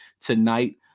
tonight